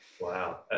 wow